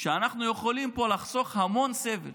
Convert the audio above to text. שאנחנו יכולים לחסוך פה המון סבל